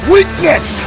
Weakness